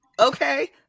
Okay